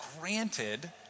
granted